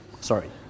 Sorry